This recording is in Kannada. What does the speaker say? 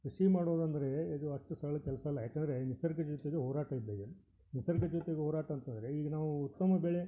ಕೃಷಿ ಮಾಡೋದಂದರೆ ಇದು ಅಷ್ಟು ಸರಳ ಕೆಲಸ ಅಲ್ಲ ಯಾಕಂದರೆ ನಿಸರ್ಗ ಜೊತೆಗೆ ಹೋರಾಟ ಇದ್ದಾಗೆ ನಿಸರ್ಗ ಜೊತೆಗೆ ಹೋರಾಟ ಅಂತ ಅಂದರೆ ಈಗ ನಾವೂ ಉತ್ತಮ ಬೆಳೆ